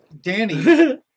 Danny